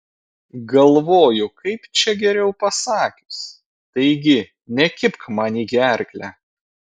galvoju kaip čia geriau pasakius taigi nekibk man į gerklę